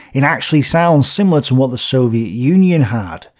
it actually sounds similar to what the soviet union had.